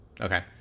Okay